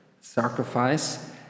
sacrifice